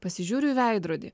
pasižiūriu į veidrodį